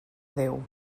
déu